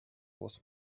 was